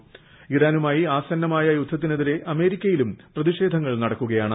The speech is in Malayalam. അതേസമയം ഇറാനുമായി ആസന്നമായ യുദ്ധത്തിനെതിരെ അമേരിക്കയിലും പ്രതിഷേധങ്ങൾ നടക്കുകയാണ്